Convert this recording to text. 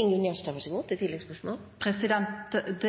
Det